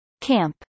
Camp